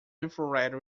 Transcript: infrared